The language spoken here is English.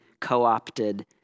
co-opted